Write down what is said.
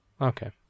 Okay